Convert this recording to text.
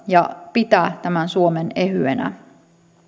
ja pitää tämän suomen ehyenä